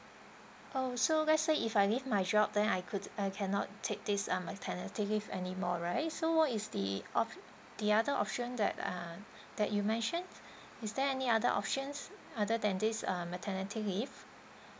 oh so let's say if I leave my job then I could I cannot take this um maternity leave anymore right so what is the op~ the other option that ah that you mentioned is there any other options other than this uh maternity leave